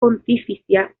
pontificia